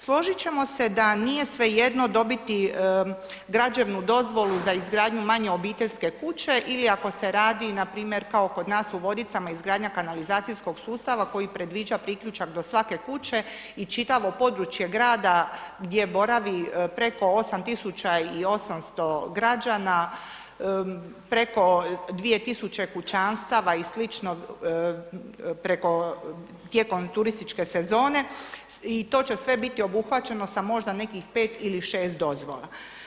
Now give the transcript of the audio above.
Složit ćemo se da nije svejedno dobiti građevnu dozvolu za izgradnju manje obiteljske kuće ili ako se radi npr. kao kod nas u Vodicama izgradnja kanalizacijskog sustava koji predviđa priključak do svake kuće i čitavo područje grada gdje boravi preko 8 800 građana, preko 2 tisuće kućanstava i sl., preko tijekom turističke sezone i to će sve biti obuhvaćeno sa možda nekih 5 ili 6 dozvola.